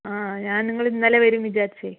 ആ ഞാൻ നിങ്ങൾ ഇന്നലെ വരുമെന്നാണ് വിചാരിച്ചത്